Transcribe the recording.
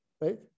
right